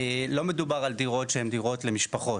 לא מדובר על דירות שהם דירות למשפחות,